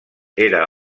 era